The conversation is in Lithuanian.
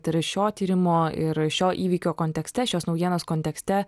tai yra šio tyrimo ir šio įvykio kontekste šios naujienos kontekste